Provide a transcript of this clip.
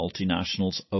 multinationals